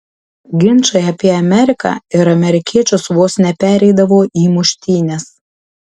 ginčai apie ameriką ir amerikiečius vos nepereidavo į muštynes